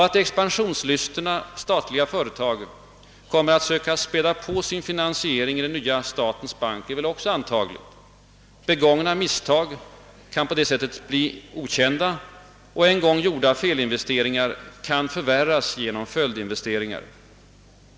Att expansionslystna statliga företag kommer att söka späda på sin finansiering i den nya statsbanken är också antagligt. Begångna misstag kan på så sätt förbli okända och en gång gjorda felinvesteringar kan förvärras genom följdinvesteringar.